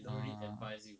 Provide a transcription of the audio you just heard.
ah